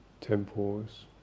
temples